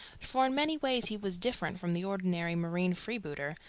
for in many ways he was different from the ordinary marine freebooter,